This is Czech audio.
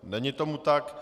Není tomu tak.